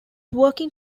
working